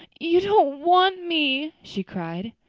you don't want me! she cried.